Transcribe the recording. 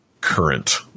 current